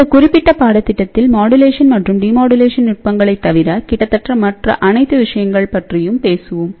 இந்த குறிப்பிட்ட பாடத்திட்டத்தில் மாடுலெஷன் மற்றும் டிமாடுலேஷன் நுட்பங்களைத் தவிர கிட்டத்தட்ட மற்ற அனைத்து விஷயங்கள் பற்றியும் பேசுவோம்